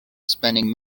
spanning